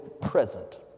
present